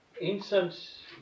incense